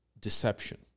deception